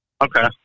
Okay